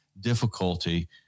difficulty